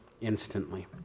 instantly